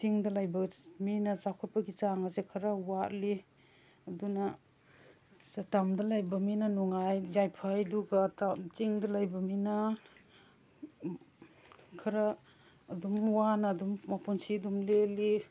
ꯆꯤꯡꯗ ꯂꯩꯕ ꯃꯤꯅ ꯆꯥꯎꯈꯠꯄꯒꯤ ꯆꯥꯡ ꯑꯁꯦ ꯈꯔ ꯋꯥꯠꯂꯤ ꯑꯗꯨꯅ ꯇꯝꯗ ꯂꯩꯕ ꯃꯤꯅ ꯅꯨꯡꯉꯥꯏ ꯌꯥꯏꯐꯩ ꯑꯗꯨꯒ ꯆꯤꯡꯗ ꯂꯩꯕ ꯃꯤꯅ ꯈꯔ ꯑꯗꯨꯝ ꯋꯥꯅ ꯑꯗꯨꯝ ꯃꯄꯨꯟꯁꯤ ꯂꯦꯜꯂꯤ